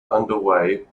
underway